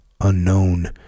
unknown